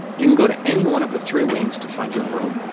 you can go to any one of the three wings to find your room.